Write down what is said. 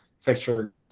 Fixture